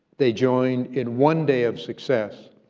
they join in one day of success,